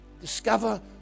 Discover